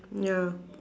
ya